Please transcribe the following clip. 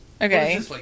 okay